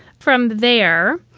from there,